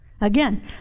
Again